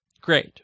Great